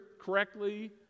correctly